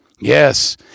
Yes